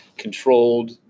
Controlled